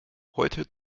heute